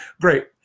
great